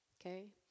okay